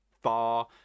far